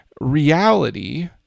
reality